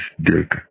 dick